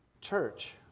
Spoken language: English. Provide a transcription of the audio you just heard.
church